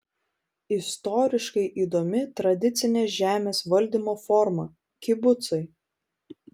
istoriškai įdomi tradicinė žemės valdymo forma kibucai